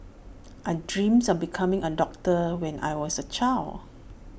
I dreamt of becoming A doctor when I was A child